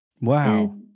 Wow